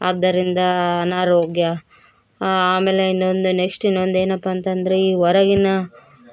ಆದ್ದರಿಂದ ಅನಾರೋಗ್ಯ ಆಮೇಲೆ ಇನ್ನೊಂದು ನೆಕ್ಸ್ಟ್ ಇನ್ನೊಂದೆನಪ್ಪಾ ಅಂತಂದರೆ ಈ ಹೊರಗಿನ